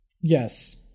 Yes